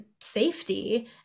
safety